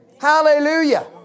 Hallelujah